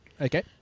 Okay